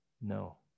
no